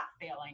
failing